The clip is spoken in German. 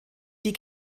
die